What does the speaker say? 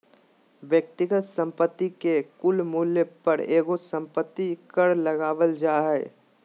व्यक्तिगत संपत्ति के कुल मूल्य पर एगो संपत्ति कर लगावल जा हय